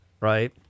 right